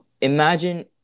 imagine